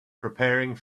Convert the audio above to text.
preparing